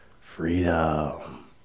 Freedom